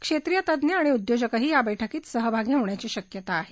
क्षेत्रीय तज्ज्ञ आणि उद्योजकही या बैठकीत सहभागी होण्याची शक्यता आहे